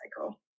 cycle